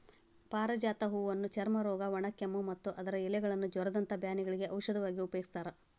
ಪಾರಿಜಾತ ಹೂವನ್ನ ಚರ್ಮರೋಗ, ಒಣಕೆಮ್ಮು, ಮತ್ತ ಅದರ ಎಲೆಗಳನ್ನ ಜ್ವರದಂತ ಬ್ಯಾನಿಗಳಿಗೆ ಔಷಧವಾಗಿ ಉಪಯೋಗಸ್ತಾರ